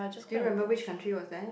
do you remember which country was that